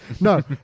No